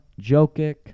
Jokic